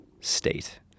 state